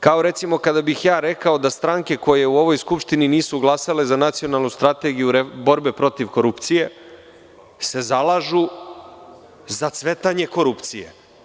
Kao, recimo, kada bih ja rekao da stranke koje u ovoj Skupštini nisu glasale za Nacionalnu strategiju borbe protiv korupcije se zalažu za cvetanje korupcije.